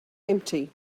empty